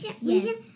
Yes